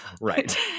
right